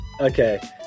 Okay